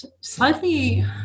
slightly